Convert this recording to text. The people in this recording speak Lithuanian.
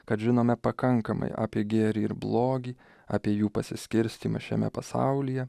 kad žinome pakankamai apie gėrį ir blogį apie jų pasiskirstymą šiame pasaulyje